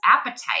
appetite